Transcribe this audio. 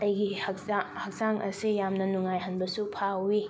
ꯑꯩꯒꯤ ꯍꯛꯆꯥꯡ ꯍꯛꯆꯥꯡ ꯑꯁꯤ ꯌꯥꯝꯅ ꯅꯨꯡꯉꯥꯏꯍꯟꯕꯁꯨ ꯐꯥꯎꯏ